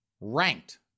ranked